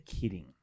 kidding